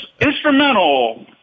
instrumental